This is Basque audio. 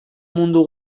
mundu